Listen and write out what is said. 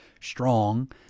strong